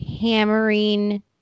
hammering